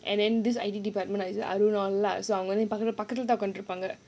and then this I_T department I பக்கத்துல தான் உட்கார்ந்துருப்பாங்க:pakkathula thaan utkkaarnthuruppaanga